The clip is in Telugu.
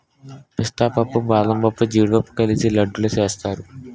పిస్తా పప్పు బాదంపప్పు జీడిపప్పు కలిపి లడ్డూలు సేస్తారు